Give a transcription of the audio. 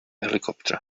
helicopter